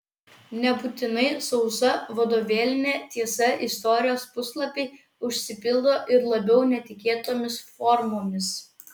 nebūtinai sausa vadovėlinė tiesa istorijos puslapiai užsipildo ir labiau netikėtomis formomis